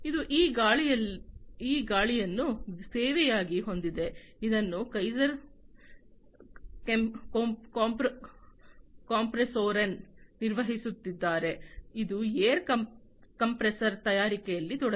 ಇದು ಈ ಗಾಳಿಯನ್ನು ಸೇವೆಯಾಗಿ ಹೊಂದಿದೆ ಇದನ್ನು ಕೈಸರ್ ಕೊಂಪ್ರೆಸೊರೆನ್ ನಿರ್ವಹಿಸುತ್ತಿದ್ದಾರೆ ಇದು ಏರ್ ಕಂಪ್ರೆಸರ್ಗಳ ತಯಾರಿಕೆಯಲ್ಲಿ ತೊಡಗಿದೆ